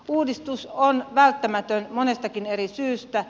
uudistus on välttämätön monestakin eri syystä